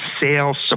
sales